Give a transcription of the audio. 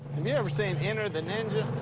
you ever seen enter the ninja?